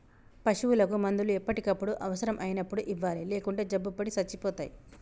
పశువులకు మందులు ఎప్పటికప్పుడు అవసరం అయినప్పుడు ఇవ్వాలి లేకుంటే జబ్బుపడి సచ్చిపోతాయి